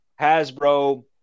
Hasbro